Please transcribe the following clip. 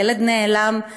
הילד נעלם,